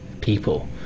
people